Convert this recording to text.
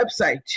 website